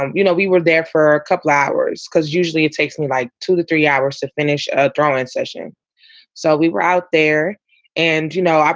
and you know, we were there for a couple hours because usually it takes me like two to three hours to finish a training um and session so we were out there and, you know, ah